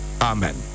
Amen